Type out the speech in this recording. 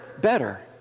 better